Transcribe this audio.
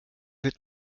wird